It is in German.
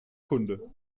kunde